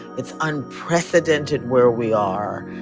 it's unprecedented, where we are.